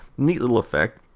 neat little effect.